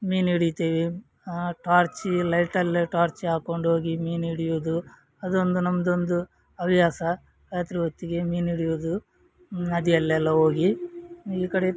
ಮೀನು ಹಿಡಿತೇವೆ ಟಾರ್ಚಿ ಲೈಟಲ್ಲೇ ಟಾರ್ಚ್ ಹಾಕಿಕೊಂಡೋಗಿ ಮೀನು ಹಿಡಿಯೋದು ಅದೊಂದು ನಮ್ಮದೊಂದು ಹವ್ಯಾಸ ರಾತ್ರಿ ಹೊತ್ತಿಗೆ ಮೀನು ಹಿಡಿಯೋದು ನದಿಯಲ್ಲೆಲ್ಲ ಹೋಗಿ ಈ ಕಡೆ